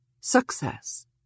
Success